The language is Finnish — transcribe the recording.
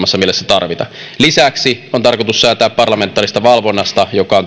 tarvita lisäksi on tarkoitus säätää parlamentaarisesta valvonnasta joka